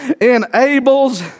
enables